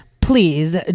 Please